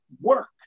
work